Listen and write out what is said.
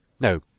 no